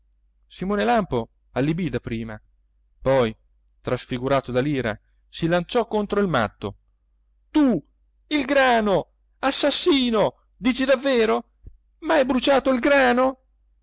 simone lampo allibì dapprima poi trasfigurato dall'ira si lanciò contro il matto tu il grano assassino dici davvero m'hai bruciato il grano